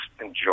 enjoy